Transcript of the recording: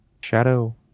Shadow